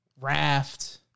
Raft